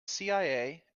cia